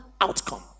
outcome